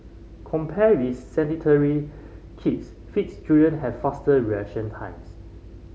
compared with sedentary kids fits children have faster reaction times